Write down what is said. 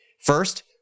First